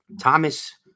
Thomas